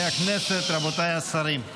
אונר"א בשטח מדינת ישראל,